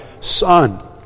son